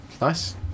nice